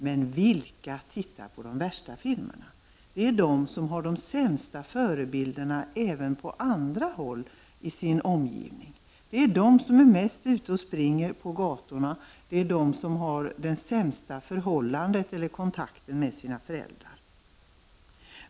Men vilka tittar på de värsta filmerna? Det är de som har de sämsta förebilderna, även på andra håll i sin omgivning. Det är de som är mest ute och springer på gatorna, de som har det sämsta förhållandet eller den sämsta kontakten med sina föräldrar.